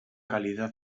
calidad